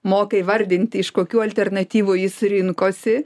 moka įvardinti iš kokių alternatyvų jis rinkosi